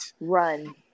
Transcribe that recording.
Run